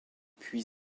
puis